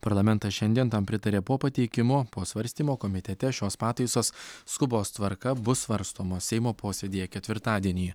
parlamentas šiandien tam pritarė po pateikimo po svarstymo komitete šios pataisos skubos tvarka bus svarstomos seimo posėdyje ketvirtadienį